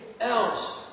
else